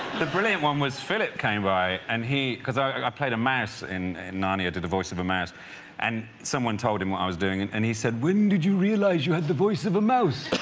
the brilliant one was philip came by and he because i i played a mass in narnia to the voice of a mad and someone told him what i was doing and and he said when did you realize you had the voice of a mouse?